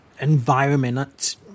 environment